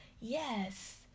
yes